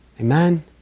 Amen